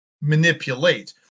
manipulate